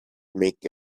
make